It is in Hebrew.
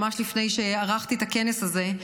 ממש לפני שערכתי את הכנס הזה,